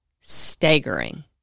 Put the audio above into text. staggering